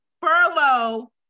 furlough